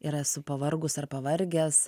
ir esu pavargus ar pavargęs